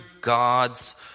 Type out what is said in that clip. God's